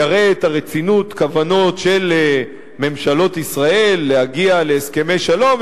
יראה את רצינות הכוונות של ממשלות ישראל להגיע להסכמי שלום,